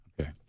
Okay